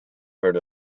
heard